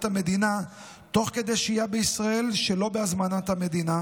המדינה תוך כדי שהייה בישראל שלא בהזמנת המדינה,